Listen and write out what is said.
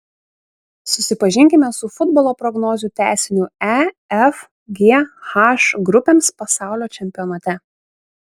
susipažinkime su futbolo prognozių tęsiniu e f g h grupėms pasaulio čempionate